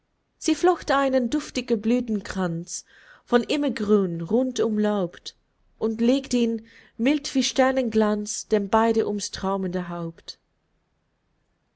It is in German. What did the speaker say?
sie flocht einen duftigen blüthenkranz von immergrün rund umlaubt und legt ihn mild wie sternenglanz den beiden ums träumende haupt